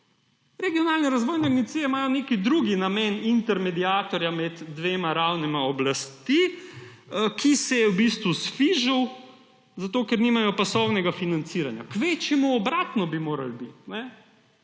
Regionalne razvojne agencije imajo nek drug namen intermediatorja med dvema ravnema oblasti, ki se je v bistvu sfižil, zato ker nimajo pasovnega financiranja. Kvečjemu obratno bi moralo biti.